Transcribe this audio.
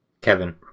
Kevin